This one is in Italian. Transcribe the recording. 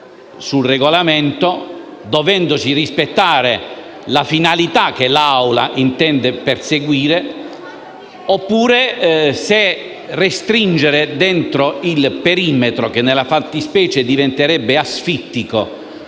sul Regolamento, dovendosi rispettare la finalità che l'Assemblea intende perseguire, oppure se restringere il tutto dentro il perimetro, che nella fattispecie diventerebbe asfittico,